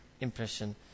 impression